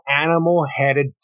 animal-headed